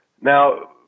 Now